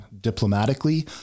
Diplomatically